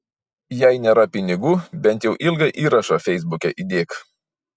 jei nėra pinigų bent jau ilgą įrašą feisbuke įdėk